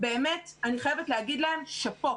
באמת אני חייבת להגיד להם "שאפו",